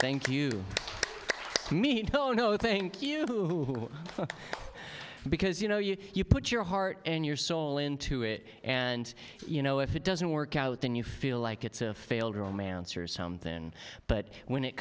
thank you oh no thank you who because you know you you put your heart and your soul into it and you know if it doesn't work out then you feel like it's a failed romance or somethin but when it